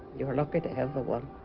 you're lucky to everyone